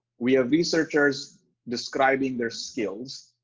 we have researchers describing their skills,